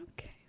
okay